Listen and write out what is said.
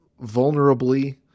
vulnerably